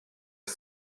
les